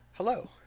Hello